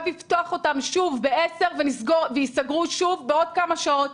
יפתח אותם שוב בעשר וייסגרו שוב בעוד כמה שעות,